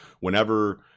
Whenever